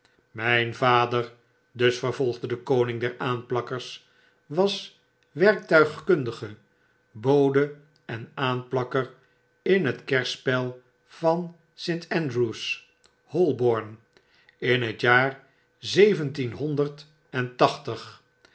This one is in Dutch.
myn vader das vervolgde de koning der aanplakkers was werktuigkundige bode en aanplakker in het kerspel van st andrew's holborn in het jaar